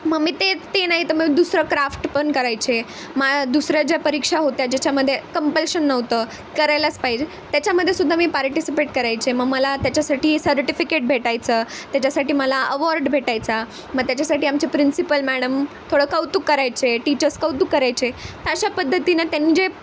मग मी ते ते नाही तर मग दुसरं क्राफ्ट पण करायचे मा दुसऱ्या ज्या परीक्षा होत्या ज्याच्यामध्ये कंपल्शन नव्हतं करायलाच पाहिजे त्याच्यामध्ये सुद्धा मी पार्टिसिपेट करायचे मग मला त्याच्यासाठी सर्टिफिकेट भेटायचं त्याच्यासाठी मला अवॉर्ड भेटायचा मग त्याच्यासाठी आमचे प्रिन्सिपल मॅडम थोडं कौतुक करायचे टीचस कौतुक करायचे अशा पद्धतीनं त्यांनी जे